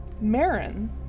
Marin